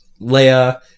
Leia